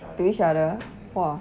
to each other !wah!